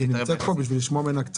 היא נמצאת פה כדי לשמוע ממנה?